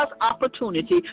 opportunity